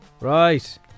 Right